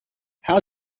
how